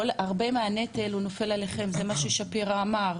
הוא שהרבה מהנטל נופל עליכם, זה מה ששפירא אמר.